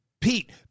Pete